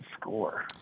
score